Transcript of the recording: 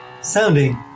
sounding